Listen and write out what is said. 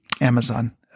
Amazon